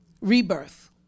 rebirth